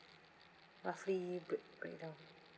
roughly break break down